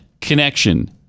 connection